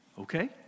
Okay